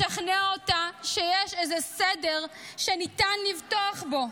לשכנע אותה שיש איזה סדר שניתן לבטוח בו,